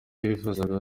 yifuzaga